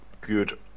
good